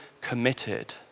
committed